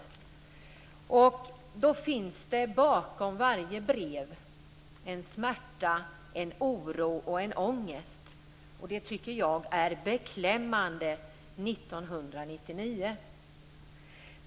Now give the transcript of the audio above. Det finns bakom varje brev en smärta, en oro och en ångest, och det tycker jag är beklämmande år 1999.